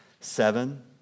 seven